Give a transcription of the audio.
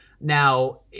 Now